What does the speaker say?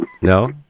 No